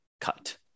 cut